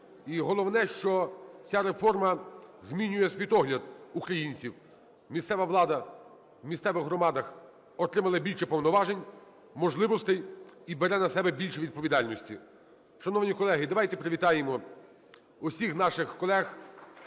головне, що ця реформа змінює світогляд українців. Місцева влада у місцевих громадах отримала більше повноважень, можливостей і бере на себе більше відповідальності. Шановні колеги, давайте привітаємо усіх наших колег